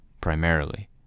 primarily